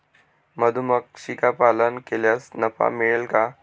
मधुमक्षिका पालन केल्यास नफा मिळेल का?